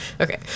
Okay